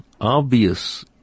obvious